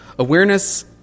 Awareness